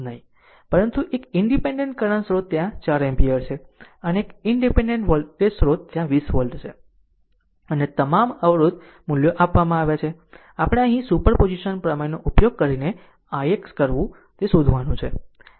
પરંતુ એક independent current સ્રોત ત્યાં 4 એમ્પીયર છે અને એક ઈનડીપેન્ડેન્ટ વોલ્ટેજ સ્રોત ત્યાં 20 વોલ્ટ છે અન્ય તમામ અવરોધ મૂલ્યો આપવામાં આવે છે આપણે અહીં સુપરપોઝિશન પ્રમેયનો ઉપયોગ કરીને ix કરવો તે શોધવાનું છે